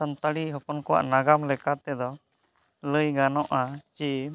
ᱥᱟᱱᱛᱟᱲᱤ ᱦᱚᱯᱚᱱ ᱠᱚᱣᱟᱜ ᱱᱟᱜᱟᱢ ᱞᱮᱠᱟ ᱛᱮᱫᱚ ᱞᱟᱹᱭ ᱜᱟᱱᱚᱜᱼᱟ ᱡᱮ